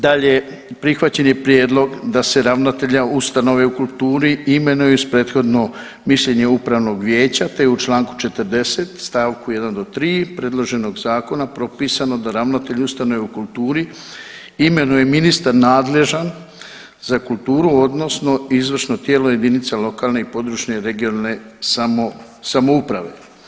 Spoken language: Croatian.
Dalje, prihvaćen je prijedlog da se ravnatelja ustanove u kulturi imenuje i uz prethodno mišljenje upravnog vijeća, te je u članku 40. stavku 1. do 3. predloženog zakona propisano da ravnatelj ustanove u kulturi imenuje ministar nadležan za kulturu, odnosno izvršno tijelo jedinice lokalne i područne (regionalne) samouprave.